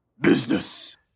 business